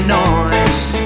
noise